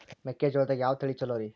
ಮೆಕ್ಕಿಜೋಳದಾಗ ಯಾವ ತಳಿ ಛಲೋರಿ?